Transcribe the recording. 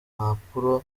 mpapuro